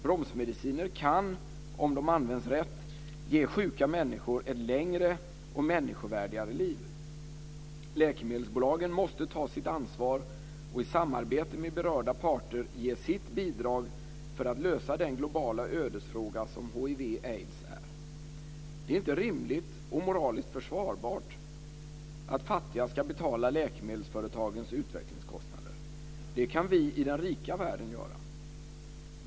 Bromsmediciner kan, om de används rätt, ge sjuka människor ett längre och människovärdigare liv. Läkemedelsbolagen måste ta sitt ansvar och i samarbete med berörda parter ge sitt bidrag för att lösa den globala ödesfråga som hiv/aids är. Det är inte rimligt och moraliskt försvarbart att fattiga ska betala läkemedelsföretagens utvecklingskostnader; det kan vi i den rika världen göra.